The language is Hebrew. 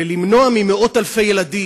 ולמנוע ממאות אלפי ילדים,